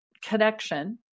connection